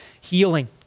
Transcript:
healing